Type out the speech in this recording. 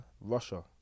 Russia